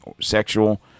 sexual